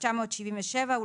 התשל"ז-1977 (להלן החוק),